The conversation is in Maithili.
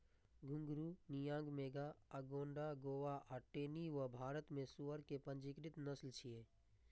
घूंघरू, नियांग मेघा, अगोंडा गोवा आ टेनी वो भारत मे सुअर के पंजीकृत नस्ल छियै